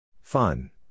Fun